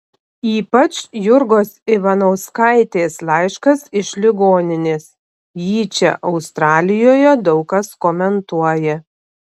ypač jurgos ivanauskaitės laiškas iš ligoninės jį čia australijoje daug kas komentuoja